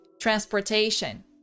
transportation